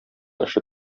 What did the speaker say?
эше